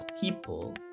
people